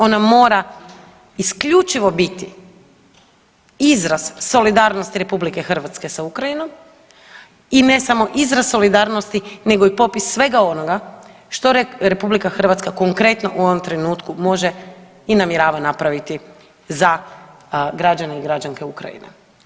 Ona mora isključivo biti izraz solidarnosti RH sa Ukrajinom i ne samo izraz solidarnosti nego i popis svega onoga što RH konkretno u ovom trenutku može i namjerava napraviti za građane i građanke Ukrajine.